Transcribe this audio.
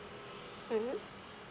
mmhmm